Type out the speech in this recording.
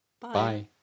Bye